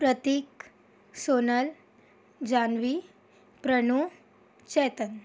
Pratik Sonal Janhavi Pranu Chetan